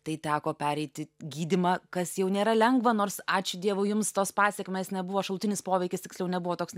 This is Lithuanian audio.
tai teko pereiti gydymą kas jau nėra lengva nors ačiū dievui jums tos pasekmės nebuvo šalutinis poveikis tiksliau nebuvo toks